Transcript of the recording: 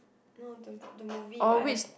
no the the movie but I have